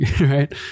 right